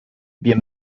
wir